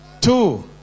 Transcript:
Two